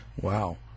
Wow